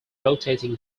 rotating